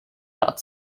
not